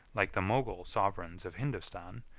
like the mogul sovereigns of hindostan,